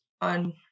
on –